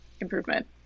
improvement